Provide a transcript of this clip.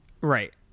right